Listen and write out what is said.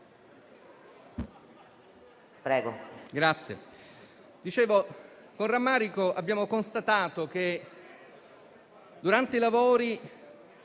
Grazie.